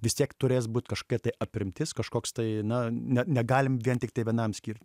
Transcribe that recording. vis tiek turės būt kažkokia tai aprimtis kažkoks tai na ne negalim vien tiktai vienam skirti